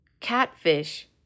catfish